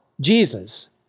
Jesus